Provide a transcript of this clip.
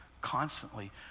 Constantly